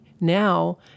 now